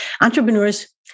Entrepreneurs